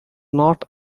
not